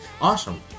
Awesome